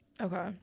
okay